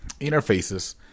interfaces